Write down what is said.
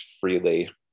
freely